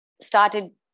started